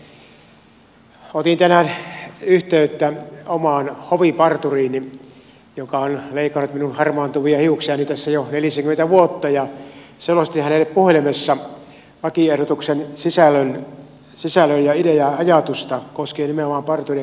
otin tänään yhteyttä omaan hoviparturiini joka on leikannut minun harmaantuvia hiuksiani tässä jo nelisenkymmentä vuotta ja selostin hänelle puhelimessa lakiehdotuksen sisällön ideaa ja ajatusta koskien nimenomaan parturi ja kampaamotoimintaa